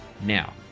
Now